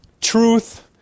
truth